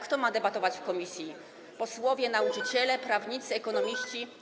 Kto ma debatować w komisji: posłowie, nauczyciele, prawnicy, ekonomiści?